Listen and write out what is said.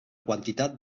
quantitat